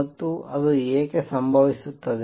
ಮತ್ತು ಅದು ಏಕೆ ಸಂಭವಿಸುತ್ತದೆ